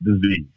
disease